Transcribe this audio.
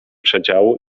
przedziału